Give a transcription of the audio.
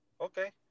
Okay